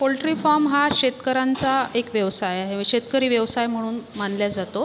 poultry farm हा शेतकऱ्यांचा एक व्यवसाय आहे व शेतकरी व्यवसाय म्हणून मानला जातो